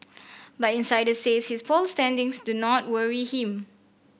but insiders says his poll standings do not worry him